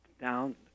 Down